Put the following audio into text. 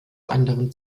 anderen